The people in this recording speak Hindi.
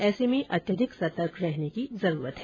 ऐसे में अत्यधिक सतर्क रहने की जरूरत है